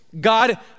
God